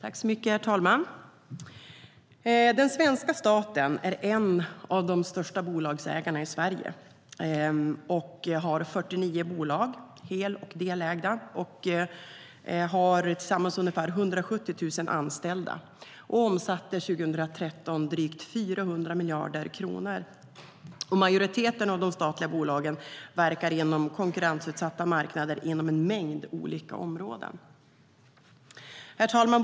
Herr talman! Den svenska staten är en av de största bolagsägarna i Sverige och har 49 bolag, hel eller delägda. De har tillsammans ungefär 170 000 anställda och omsatte 2013 drygt 400 miljarder kronor. Majoriteten av de statliga bolagen verkar på konkurrensutsatta marknader inom en mängd olika områden. Herr talman!